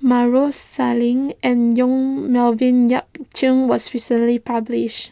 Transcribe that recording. Maarof Salleh and Yong Melvin Yik Chye was recently published